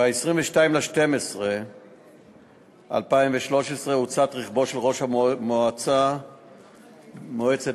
ב-22 בדצמבר 2013 הוצת רכבו של ראש מועצת באר-יעקב.